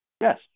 Yes